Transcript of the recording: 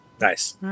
Nice